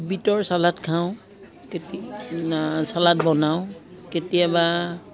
বীটৰ চালাড খাওঁ কেতি চালাড বনাওঁ কেতিয়াবা